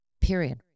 Period